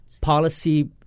policy